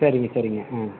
சரிங்க சரிங்க ஆ